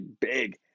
big